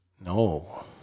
No